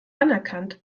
anerkannt